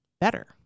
Better